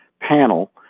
panel